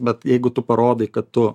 bet jeigu tu parodai kad tu